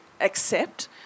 accept